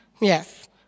Yes